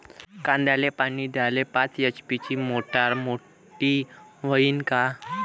कांद्याले पानी द्याले पाच एच.पी ची मोटार मोटी व्हईन का?